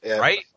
Right